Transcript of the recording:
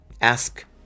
Ask